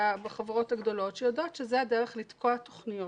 בחברות הגדולות שיודעות שזו הדרך לתקוע תוכניות.